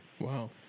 Wow